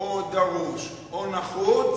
או דרוש או נחוץ